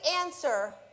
answer